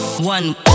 one